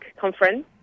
conference